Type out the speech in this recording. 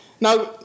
Now